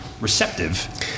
receptive